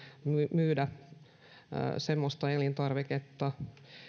myydä elintarviketta